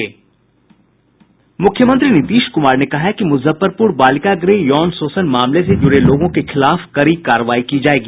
मुख्यमंत्री नीतीश कुमार ने कहा है कि मुजफ्फरपुर बालिका गृह यौन शोषण मामले से जुड़े लोगों के खिलाफ कड़ी कार्रवाई की जायेगी